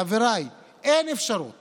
חבריי, אין אפשרות